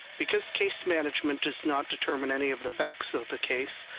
because case management does not determine any of the facts of the case,